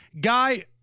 Guy